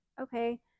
okay